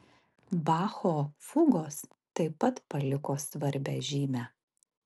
bacho fugos taip pat paliko svarbią žymę